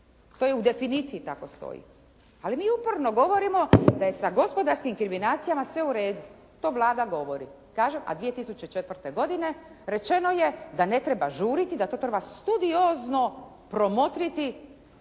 To i u definiciji tako stoji. Ali mi uporno govorimo da je sa gospodarskim inkriminacijama sve u redu, to Vlada govori. A 2004. godine rečeno je da ne treba žuriti da to treba studiozno promotriti